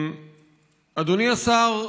אדוני השר,